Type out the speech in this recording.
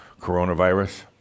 coronavirus